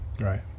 right